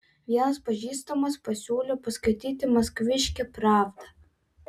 vienas pažįstamas pasiūlė paskaityti maskviškę pravdą